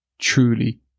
truly